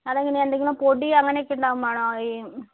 അതെങ്ങനെയാണ് എന്തെങ്കിലും പൊടി അങ്ങനെയൊക്കെ ഉണ്ടാവുമ്പോഴാണോ ഈ